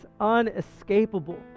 unescapable